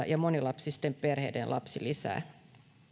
ja monilapsisten perheiden lapsilisää